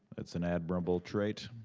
that's an admirable trait.